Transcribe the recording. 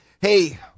Hey